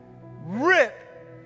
rip